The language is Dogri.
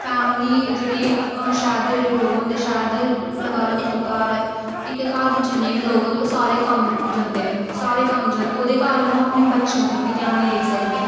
फैमली जेह्ड़ी शैह्र दे जेह्ड़े लोग होंदे शैह्र दा लगा लो इक घर ऐ इक घर दे जिन्ने बी लोक होंदे ओह् सारे कम्म जंदे सारे कम्म जंदे ओह्दे कारण ओह् अपने बच्चें उप्पर बी ध्यान निं देई सकदे